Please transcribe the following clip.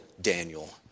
Daniel